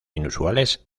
inusuales